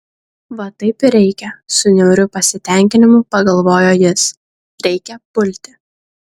va taip ir reikia su niauriu pasitenkinimu pagalvojo jis reikia pulti